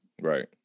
Right